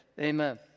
Amen